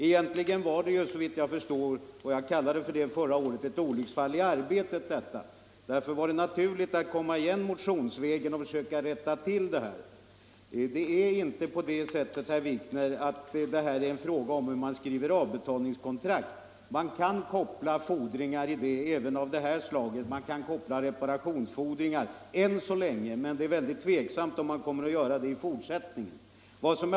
Egentligen var det förra året, såsom jag redan då sade, fråga om ett olycksfall i arbetet. Därför var det naturligt att komma igen motionsvägen för att försöka rätta till detta. Det här är inte, herr Wikner, en fråga om hur man skriver avbetalningskontrakt. Man kan än så länge till detta 61 koppla även t.ex. reparationsfordringar, men det är tveksamt om man kan göra det i fortsättningen.